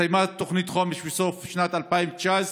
הסתיימה תוכנית חומש בסוף שנת 2019,